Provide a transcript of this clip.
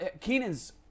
Keenan's